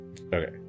Okay